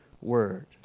word